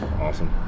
Awesome